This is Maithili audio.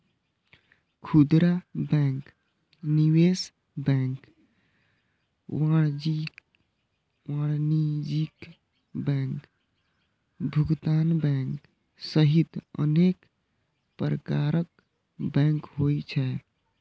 खुदरा बैंक, निवेश बैंक, वाणिज्यिक बैंक, भुगतान बैंक सहित अनेक प्रकारक बैंक होइ छै